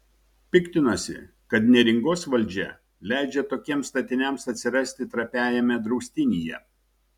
piktinosi kad neringos valdžia leidžia tokiems statiniams atsirasti trapiajame draustinyje